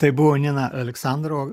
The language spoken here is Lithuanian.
tai buvo nina aleksandrova